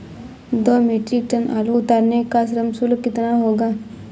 दो metric tonne आलू उतारने का श्रम शुल्क कितना होगा?